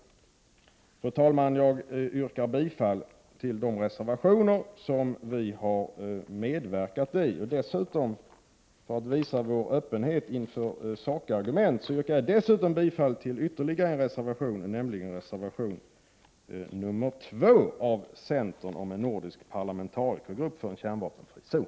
Fru talman! Jag yrkar bifall till de reservationer där vi har medverkat. För att visa vår öppenhet inför sakargument yrkar jag dessutom bifall till reservation 2 av centern om en nordisk parlamentarikergrupp för en kärnvapenfri zon.